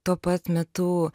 tuo pat metu